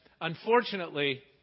unfortunately